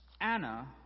Anna